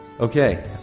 Okay